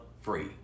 free